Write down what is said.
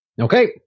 Okay